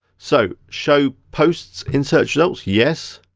so show posts in search results, yes.